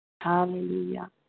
Hallelujah